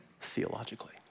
theologically